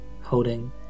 holding